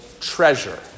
Treasure